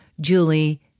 Julie